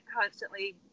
constantly